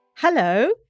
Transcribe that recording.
Hello